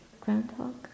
groundhog